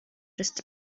just